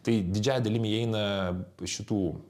tai didžiąja dalimi įeina šitų